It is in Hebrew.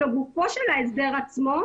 לגופו של ההסדר עצמי,